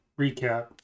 recap